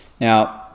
Now